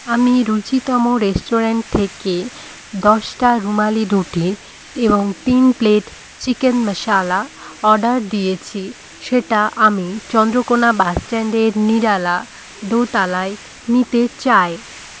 আমি রুচিতম রেস্টুরেন্ট থেকে দশটা রুমালি রুটি এবং তিন প্লেট চিকেন মশালা অর্ডার দিয়েছি সেটা আমি চন্দ্রকোনা বাস স্ট্যান্ডের নিরালা দোতলায় নিতে চাই